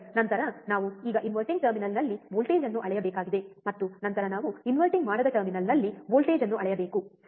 ನಂತರ ನಾವು ಈಗ ಇನ್ವರ್ಟಿಂಗ್ ಟರ್ಮಿನಲ್ನಲ್ಲಿ ವೋಲ್ಟೇಜ್ ಅನ್ನು ಅಳೆಯಬೇಕಾಗಿದೆ ಮತ್ತು ನಂತರ ನಾವು ಇನ್ವರ್ಟಿಂಗ್ ಮಾಡದ ಟರ್ಮಿನಲ್ನಲ್ಲಿ ವೋಲ್ಟೇಜ್ ಅನ್ನು ಅಳೆಯಬೇಕು ಸರಿ